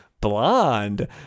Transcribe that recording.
Blonde